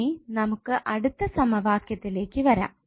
ഇനി നമുക്ക് അടുത്ത സമവാക്യത്തിലേക് വരാം